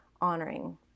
honoring